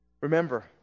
Remember